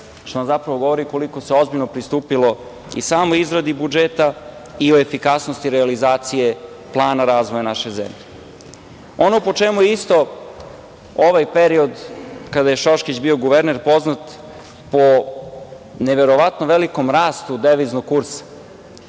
što nam zapravo govori koliko se ozbiljno pristupilo i samoj izradi budžeta i o efikasnosti realizacije plana razvoja naše zemlje. Ono po čemu je isto ovaj period kada je Šoškić bio guverner poznat, jeste po neverovatnom velikom rastu deviznog kursa.